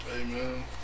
Amen